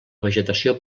vegetació